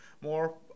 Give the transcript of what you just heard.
more